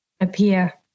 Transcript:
appear